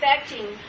expecting